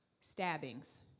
Stabbings